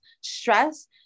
stress